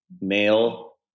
male